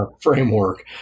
framework